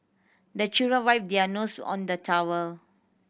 the children wipe their nose on the towel